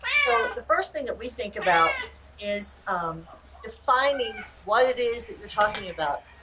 so the first thing that we think about is defining what it is that you're talking about.